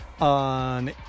on